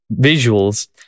visuals